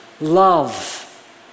love